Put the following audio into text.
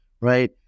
right